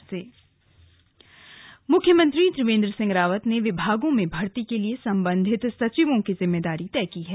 भर्ती जिम्मेदारी मुख्यमंत्री त्रिवेन्द्र सिंह रावत ने विभागों में भर्ती के लिए संबंधित सचिवों की जिम्मेदारी तय की है